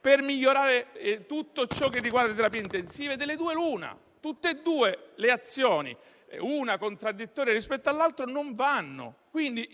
per migliorare tutto ciò che riguarda le terapie intensive. Delle due l'una, ma le due azioni insieme, una contraddittoria rispetto all'altra, non vanno. Credo quindi